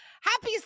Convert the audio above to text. Happy